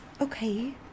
Okay